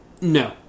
no